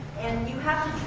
and you have